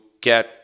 get